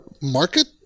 market